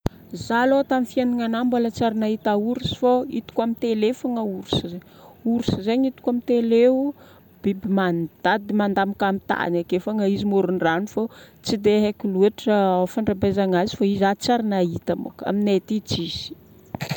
Za aloha tamin'ny fiaignananahy mbola tsy ary nahita ours fô hitako amin'ny télé fogna ours. Ours zegny hitako amin'ny télé eo, biby mandady, mandamoka amin'ny tany ake fogna izy amoron-drano fô tsy dia haiko loatra fandrabiazanazy fa izaho tsy ary nahita moko, aminay aty tsisy.